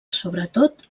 sobretot